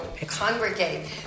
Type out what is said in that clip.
congregate